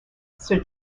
sir